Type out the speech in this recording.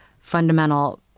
fundamental